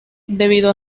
debido